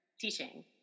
teaching